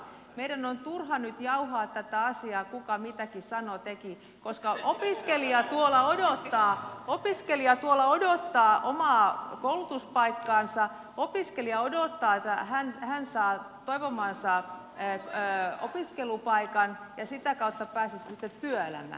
meidän on turha nyt jauhaa tätä asiaa kuka mitäkin sanoi teki koska opiskelija kuonaa ja opiskelijat molla oli tuolla odottaa omaa koulutuspaikkaansa opiskelija odottaa että hän saa toivomansa opiskelupaikan ja sitä kautta pääsisi sitten työelämään